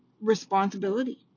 responsibility